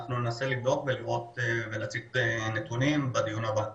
אנחנו ננסה לבדוק ונציג נתונים בדיון הבא.